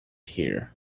here